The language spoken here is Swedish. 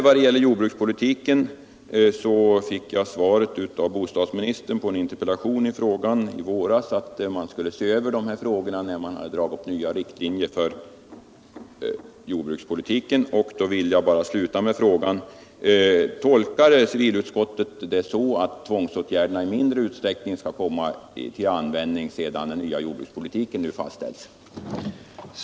Vad gäller jordbrukspolitiken fick jag till svar av bostadsministern på en interpellation i frågan i våras att man skulle se över de här frågorna när man dragit upp nya riktlinjer för jordbrukspolitiken. Jag vill då bara sluta med frågan: Tolkar civilutskottet det så, att tvångsåtgärderna i mindre utsträckning skall komma till användning sedan nya riktlinjer för jordbrukspolitiken nu fastställts?